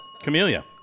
Camellia